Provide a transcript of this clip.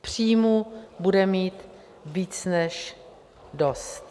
Příjmů bude mít víc než dost.